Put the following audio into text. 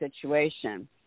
situation